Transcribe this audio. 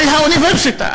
על האוניברסיטה,